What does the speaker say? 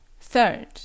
Third